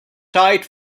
tight